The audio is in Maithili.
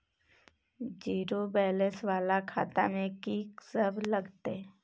जीरो बैलेंस वाला खाता में की सब लगतै?